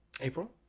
April